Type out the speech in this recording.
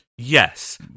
Yes